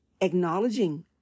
acknowledging